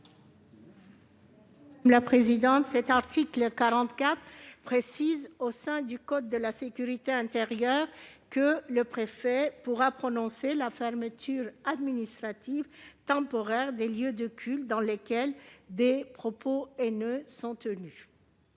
Mme Esther Benbassa. L'article 44 dispose, au sein du code de la sécurité intérieure, que le préfet pourra prononcer la fermeture administrative temporaire des lieux de culte dans lesquels des propos haineux sont tenus.